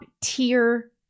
tier